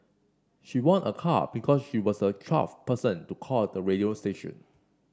she won a car because she was the twelfth person to call the radio station